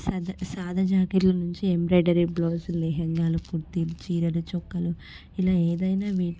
సాదా సాదా జాకెట్ల నుంచి ఎంబ్రాయిడరీ బ్లౌసులు లెహంగాలు కుర్తాలు చీరలు చొక్కాలు ఇలా ఏదైనా వీటి